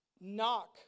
knock